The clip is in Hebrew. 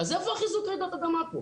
אז איפה החיזוק רעידת אדמה פה?